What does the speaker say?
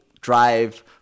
drive